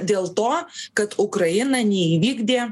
dėl to kad ukraina neįvykdė